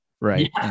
Right